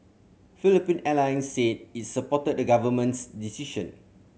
Philippine Airlines said it supported the government's decision